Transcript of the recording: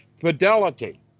fidelity